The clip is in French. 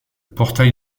portail